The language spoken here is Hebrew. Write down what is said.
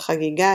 בחגיגה,